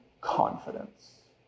confidence